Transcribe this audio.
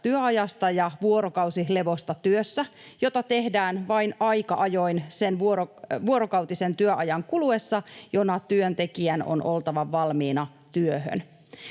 työajasta ja vuorokausilevosta työssä, jota tehdään vain aika ajoin sen vuorokautisen työajan kuluessa, jona työntekijän on oltava valmiina työhön.